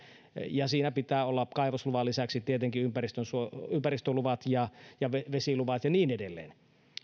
ja siinä pitää olla kaivosluvan lisäksi tietenkin ympäristöluvat ja ja vesiluvat ja niin edelleen